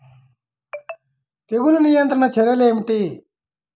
తెగులు నియంత్రణ చర్యలు ఏమిటి?